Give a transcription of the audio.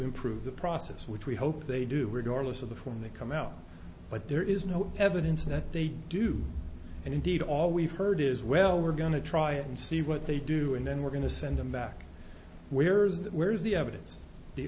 improve the process which we hope they do regardless of the form they come out but there is no evidence that they do and indeed all we've heard is well we're going to try and see what they do and then we're going to send them back where's that where's the evidence the